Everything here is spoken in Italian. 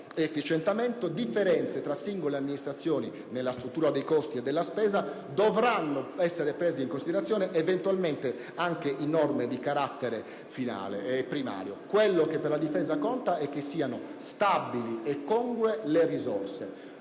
efficientamento, differenze tra singole amministrazioni nella struttura dei costi e della spesa dovranno essere prese in considerazione, eventualmente anche in norme di carattere primario. Ciò che conta per la Difesa è che le risorse siano stabili e congrue; noi